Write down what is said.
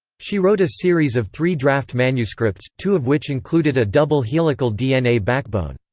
she wrote a series of three draft manuscripts, two of which included a double helical dna backbone.